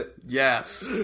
Yes